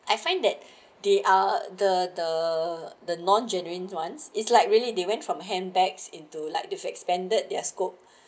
I find that they are the the the non genuine ones is like really they went from handbags into like the expanded their scope